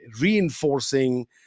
reinforcing